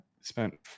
spent